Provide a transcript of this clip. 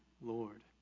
Lord